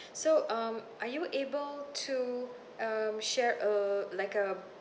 so um are you able to um share uh like a